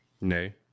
Nay